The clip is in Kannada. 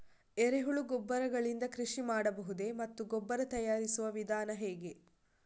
ಎರೆಹುಳು ಗೊಬ್ಬರ ಗಳಿಂದ ಕೃಷಿ ಮಾಡಬಹುದೇ ಮತ್ತು ಗೊಬ್ಬರ ತಯಾರಿಸುವ ವಿಧಾನ ಹೇಗೆ?